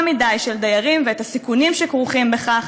מדי של דיירים והסיכונים שכרוכים בכך.